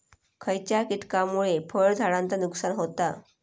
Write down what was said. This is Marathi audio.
खयच्या किटकांमुळे फळझाडांचा नुकसान होता?